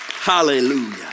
Hallelujah